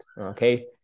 okay